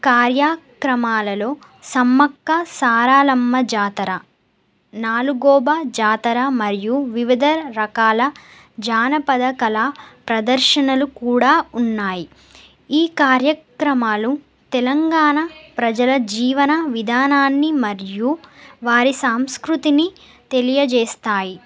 కార్యక్రమాలలో సమ్మక్క సారాలమ్మ జాతర నాాలుగవ జాతర మరియు వివిధ రకాల జానపద కళ ప్రదర్శనలు కూడా ఉన్నాయి ఈ కార్యక్రమాలు తెలంగాణ ప్రజల జీవన విధానాన్ని మరియు వారి సాంస్కృతిని తెలియజేస్తాయి